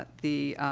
ah the,